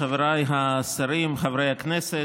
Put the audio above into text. חבריי השרים, חברי הכנסת,